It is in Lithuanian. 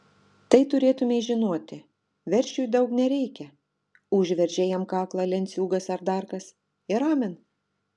tai turėtumei žinoti veršiui daug nereikia užveržė jam kaklą lenciūgas ar dar kas ir amen